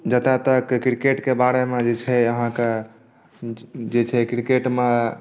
जतय तक क्रिकेटके बारेमे जे छै अहाँकेँ जे छै क्रिकेटमे